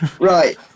Right